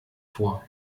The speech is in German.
vor